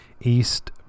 East